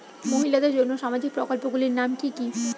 মহিলাদের জন্য সামাজিক প্রকল্প গুলির নাম কি কি?